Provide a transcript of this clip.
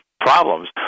problems